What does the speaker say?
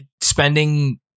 spending